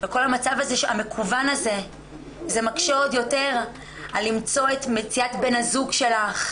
וכל המצב המקוון הזה מקשה עוד יותר למצוא את בן הזוג שלך,